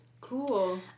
Cool